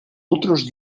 otros